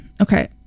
okay